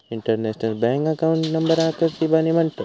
international bank account नंबराकच इबानी म्हणतत